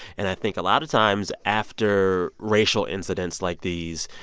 and i think a lot of times, after racial incidents like these,